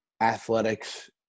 athletics